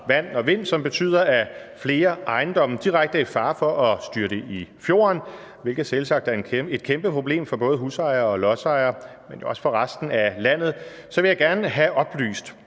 vand og vind, som betyder, at flere ejendomme direkte er i fare for at styrte i fjorden, hvilket selvsagt er et kæmpe problem både for husejere og lodsejere, men også for resten af landet, vil spørgeren gerne have oplyst: